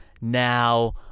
now